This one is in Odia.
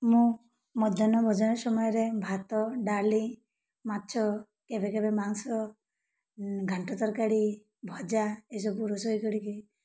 ମୁଁ ମଧ୍ୟାହ୍ନ ଭୋଜନ ସମୟରେ ଭାତ ଡ଼ାଲି ମାଛ କେବେ କେବେ ମାଂସ ଘାଣ୍ଟ ତରକାରୀ ଭଜା ଏସବୁ ରୋଷେଇ କରିକି